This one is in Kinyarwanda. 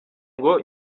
ngo